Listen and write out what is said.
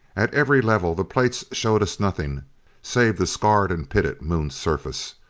at every level the plates showed us nothing save the scarred and pitted moon surface.